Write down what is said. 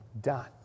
done